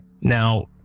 Now